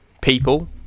people